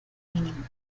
d’animaux